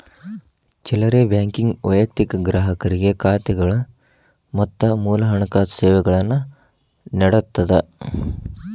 ಚಿಲ್ಲರೆ ಬ್ಯಾಂಕಿಂಗ್ ವೈಯಕ್ತಿಕ ಗ್ರಾಹಕರಿಗೆ ಖಾತೆಗಳು ಮತ್ತ ಮೂಲ ಹಣಕಾಸು ಸೇವೆಗಳನ್ನ ನೇಡತ್ತದ